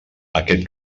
aquest